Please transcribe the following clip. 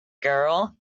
girl